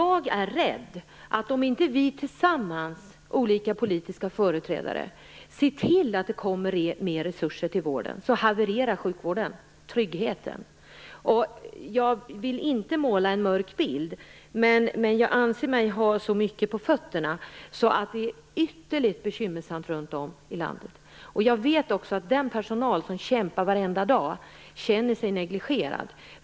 Om inte vi olika politiska företrädare tillsammans ser till att mera resurser kommer till vården är jag rädd att sjukvården och den tryggheten havererar. Jag vill inte måla upp en mörk bild, men jag anser mig ha så pass på fötterna att jag kan säga att det är ytterligt bekymmersamt runt om i landet. Jag vet att den personal som kämpar varenda dag känner sig negligerad.